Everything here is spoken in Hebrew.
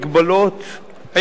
מגבלות שעוסקות,